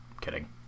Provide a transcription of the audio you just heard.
Kidding